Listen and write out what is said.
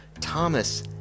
Thomas